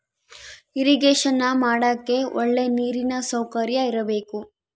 irrigation ಮಾಡಕ್ಕೆ ಒಳ್ಳೆ ನೀರಿನ ಸೌಕರ್ಯ ಇರಬೇಕು